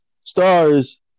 stars